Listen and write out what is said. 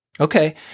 Okay